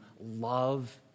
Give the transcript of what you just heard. love